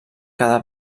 cada